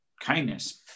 kindness